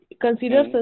Consider